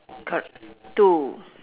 corre~ two